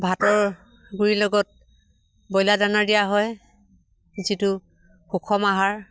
ভাতৰ গুড়িৰ লগত ব্ৰইলাৰ দানা দিয়া হয় যিটো সুখম আহাৰ